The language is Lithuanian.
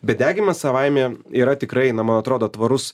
bet deginimas savaime yra tikrai na man atrodo tvarus